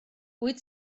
wyt